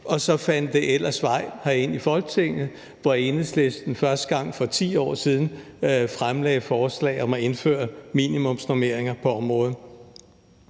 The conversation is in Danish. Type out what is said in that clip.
og så fandt det ellers vej herind i Folketinget, hvor Enhedslisten for 10 år siden for første gang fremlagde forslag om at indføre minimumsnormeringer på området.